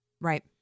Right